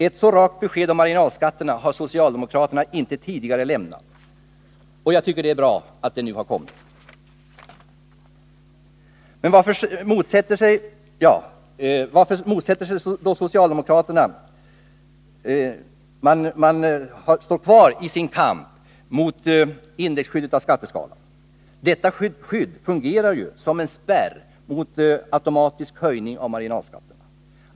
Ett så rakt besked om marginalskatterna har socialdemokraterna aldrig tidigare lämnat. Det är bra att det nu har kommit. Men varför fortsätter då socialdemokraterna sin kamp för att riva upp indexskyddet av skatteskalan? Detta skydd fungerar ju som en spärr mot automatisk höjning av marginalskatterna.